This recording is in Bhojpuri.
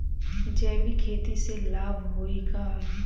जैविक खेती से लाभ होई का?